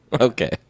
okay